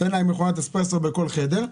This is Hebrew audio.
תן להם מכונת אספרסו בכל חדר,